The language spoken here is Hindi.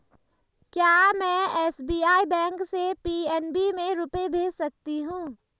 क्या में एस.बी.आई बैंक से पी.एन.बी में रुपये भेज सकती हूँ?